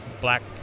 black